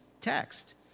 text